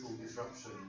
disruption